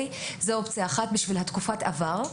זוהי אופציה אחת, בשביל תקופת העבר.